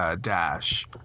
Dash